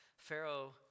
Pharaoh